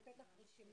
אני אתן לך רשימה,